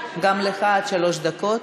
גם לך, עד שלוש דקות.